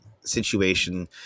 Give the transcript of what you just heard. situation